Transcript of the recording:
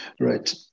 Right